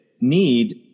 need